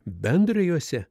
bendra juose